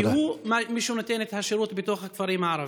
כי הוא שנותן את השירות בתוך הכפרים הערביים.